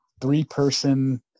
three-person